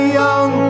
young